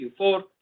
Q4